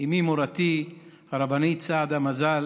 אימי מורתי הרבנית סעדה מזל,